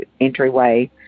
entryway